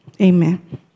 Amen